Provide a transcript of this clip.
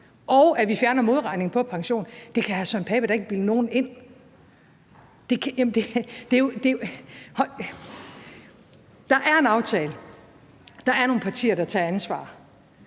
og hvor vi fjerner modregningen på pension. Det kan hr. Søren Pape Poulsen da ikke bilde nogen ind! Der er en aftale. Der er nogle partier, der tager ansvar.